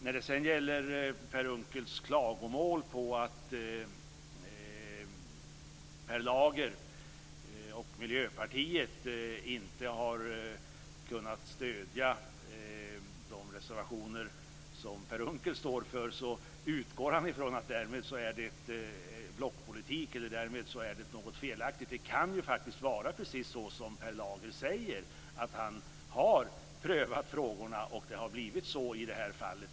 När det sedan gäller Per Unckels klagomål på att Per Lager och Miljöpartiet inte har kunnat stödja de reservationer som Per Unckel står för, utgår han från att därmed är det blockpolitik eller därmed är det något felaktigt. Det kan ju faktiskt vara så som Per Lager säger, att han har prövat frågorna och det har blivit så i det här fallet.